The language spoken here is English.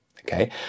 okay